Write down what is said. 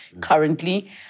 currently